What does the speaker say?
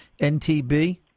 NTB